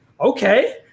okay